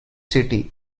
city